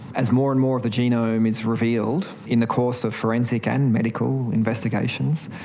as more and more of the genome is revealed in the course of forensic and medical investigations,